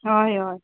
हय हय